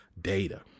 data